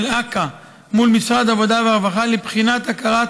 אכ"א מול משרד העבודה והרווחה לבחינת הכרת